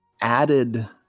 added